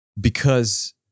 Because-